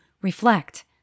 reflect